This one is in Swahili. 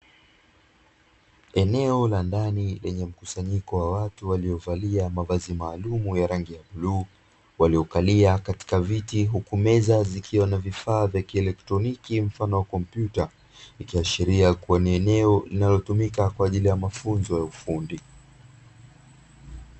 Eneo la ndani lenye mkusanyiko wa watu waliovalia mavazi maalumu ya rangi ya bluu, waliokalia katika viti huku meza zikiwa na vifaa vya kielektroniki mfano wa kompyuta; ikiashiria kuwa ni eneo linalotumika kwa ajili ya mafunzo ya ufundi.